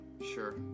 Sure